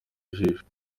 ijisho